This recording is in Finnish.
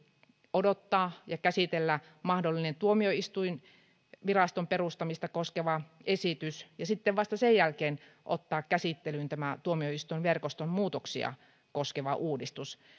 odottaa ja käsitellä mahdollinen tuomioistuinviraston perustamista koskeva esitys ja vasta sen jälkeen ottaa käsittelyyn tämä tuomioistuinverkoston muutoksia koskeva uudistus